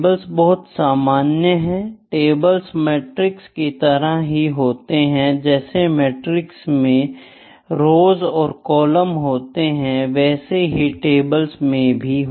tables बहुत सामान्य है टेबल्स मैट्रिक्स की तरह ही होता है जैसे मैट्रिक्स में रौस और कॉलम होते है वैसे ही टेबल्स में भी